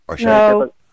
No